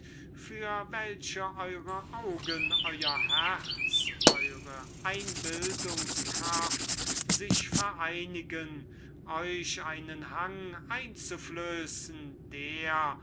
für welche eure augen euer herz und eure einbildungs-kraft sich vereinigen euch einen hang einzuflößen der